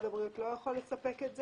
אני סמנכ"ל במשרד הבריאות.